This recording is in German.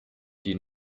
die